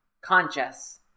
conscious